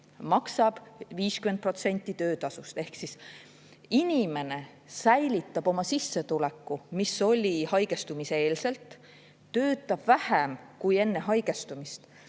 maksab 50% töötasust. Inimene säilitab oma sissetuleku, mis oli enne haigestumist, töötab vähem kui enne haigestumist,